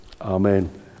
Amen